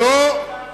"קול העם".